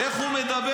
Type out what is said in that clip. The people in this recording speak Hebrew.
-- איך הוא מדבר,